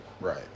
Right